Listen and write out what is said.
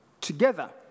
together